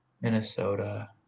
Minnesota